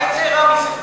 מה יצא רע מזה?